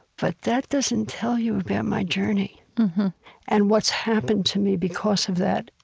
but that doesn't tell you about my journey and what's happened to me because of that,